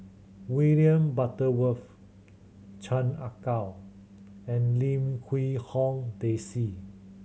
William Butterworth Chan Ah Kow and Lim Quee Hong Daisy